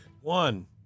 One